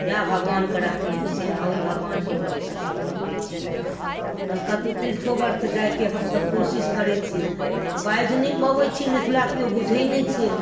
वएह भगबानके रखने छियनि आ ओहि भगबानके भरोसे खेपै छी तहन कतौ तीर्थो बर्थो जाइके हमसभ कोशिश करै छी तऽ बाजि नहि पबै छी मिथिला केओ बुजै नहि छै